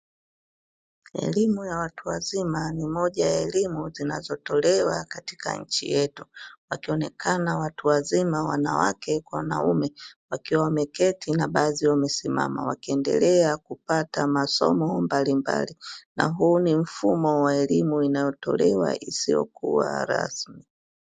Elimu ya watu wazima ni moja ya elimu ziazotolewa katika nchi yetu, wakionekana watu wazima, wanawake kwa wanaume wakiwa wameketi na baadhi wamesimama wakiendelea kupata masomo mbalimbali, na huu ni mfumo wa elimu inayotolewa isiyokuwa rasmi.